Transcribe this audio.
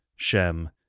Shem